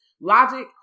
logic